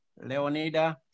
Leonida